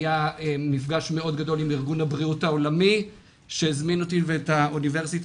היה מפגש מאוד גדול עם ארגון הבריאות העולמי שהזמין אותי ואת האוניברסיטה